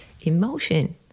emotion